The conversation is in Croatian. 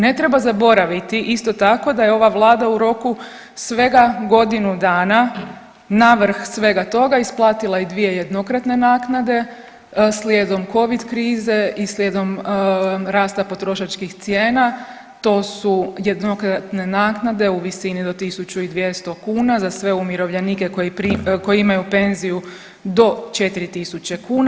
Ne treba zaboraviti, isto tako, da je ova Vlada u roku svega godinu dana navrh svega toga isplatila i 2 jednokratne naknade, slijedom Covid krize i slijedom rasta potrošačkih cijena, to su jednokratne naknade u visini do 1200 kuna za sve umirovljenike koji imaju penziju do 4 tisuće kuna.